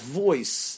voice